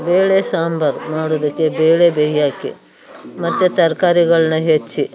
ಬೇಳೆ ಸಾಂಬಾರು ಮಾಡೋದಕ್ಕೆ ಬೇಳೆ ಬೇಯಿ ಹಾಕಿ ಮತ್ತು ತರ್ಕಾರಿಗಳನ್ನ ಹೆಚ್ಚಿ